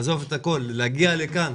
עזבנו את הכול כדי להגיע לכאן,